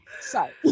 sorry